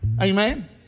Amen